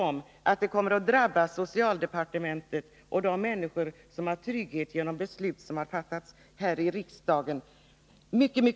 Karin Söder kommer att få tala för dessa sparförslag både nu i höst och i januari, när budgetpropositionen läggs fram.